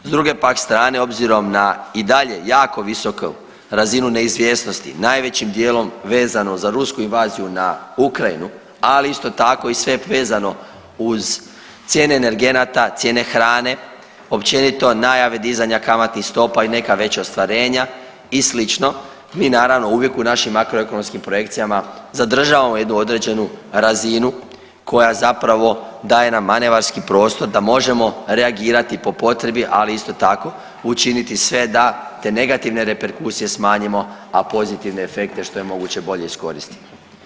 S druge pak strane s obzirom na i dalje jako visoku razinu neizvjesnosti najvećim dijelom vezano za rusku invaziju na Ukrajinu, ali isto tako i sve vezano uz cijene energenata, cijene hrane općenito najave dizanja kamatnih stopa i neka veća ostvarenja i slično mi naravno uvijek u našim makroekonomskim projekcijama zadržavamo jednu određenu razinu koja zapravo daje nam manevarski prostor da možemo reagirati po potrebi ali isto tako učiniti sve da te negativne reperkusije smanjimo, a pozitivne efekte što je moguće bolje iskoristimo.